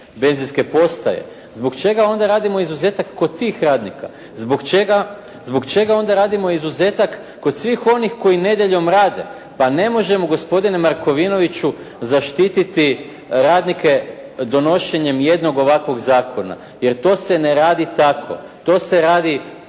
Benzinske postaje. Zbog čega onda radimo izuzetak kod tih radnika? Zbog čega, zbog čega onda radimo izuzetak kod svih onih koji nedjeljom rade. Pa ne možemo gospodine Markovinoviću zaštititi radnike donošenjem jednog ovakvog zakona, jer to se ne radi tako. To se radi